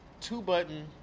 Two-button